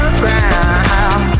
ground